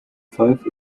five